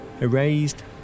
erased